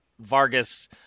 Vargas